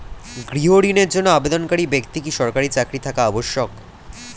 গৃহ ঋণের জন্য আবেদনকারী ব্যক্তি কি সরকারি চাকরি থাকা আবশ্যক?